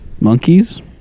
Monkeys